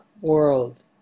world